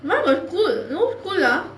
what go school no school lah